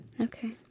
Okay